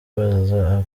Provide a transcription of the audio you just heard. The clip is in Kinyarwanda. baza